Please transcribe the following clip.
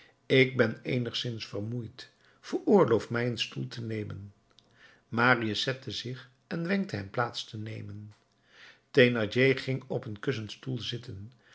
ik ben eenigszins vermoeid veroorloof mij een stoel te nemen marius zette zich en wenkte hem plaats te nemen thénardier ging op een kussenstoel zitten